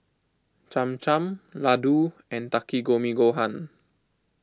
Cham Cham Ladoo and Takikomi Gohan